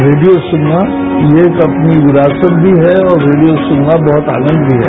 radio सुनना ये अपनी विरासत भी है और रेडियो सुनना आनंद भी है